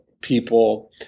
people